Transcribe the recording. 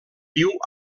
viu